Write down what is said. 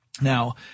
Now